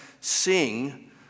sing